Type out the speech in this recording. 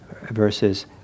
versus